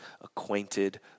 acquainted